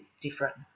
different